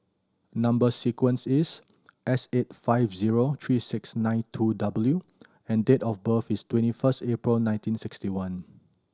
number sequence is S eight five zero three six nine two W and date of birth is twenty first April nineteen sixty one